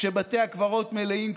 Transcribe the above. כשבתי הקברות מלאים,